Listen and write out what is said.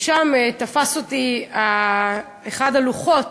ושם תפס אותי אחד הלוחות,